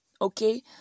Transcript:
Okay